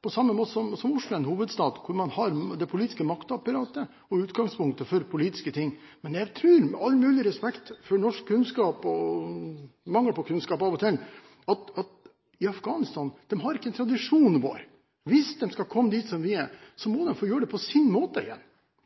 på samme måte som Oslo er en hovedstad, hvor man har det politiske maktapparatet og utgangspunktet for politiske ting. Men jeg tror, med all mulig respekt for norsk kunnskap – og av og til mangel på kunnskap – at i Afghanistan har de ikke tradisjonen vår. Hvis de skal komme dit vi er, må de få gjøre det på sin måte.